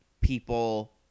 people